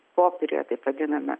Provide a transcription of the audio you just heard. popieriuje taip vadiname